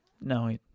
No